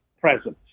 presence